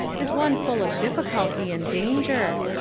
is one full of difficulty and danger.